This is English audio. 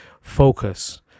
focus